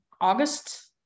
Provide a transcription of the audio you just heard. August